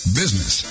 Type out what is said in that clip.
business